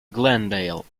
glendale